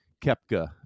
Kepka